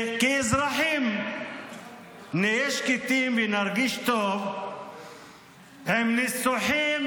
שכאזרחים נהיה שקטים ונרגיש טוב עם ניסוחים